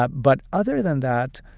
but but other than that,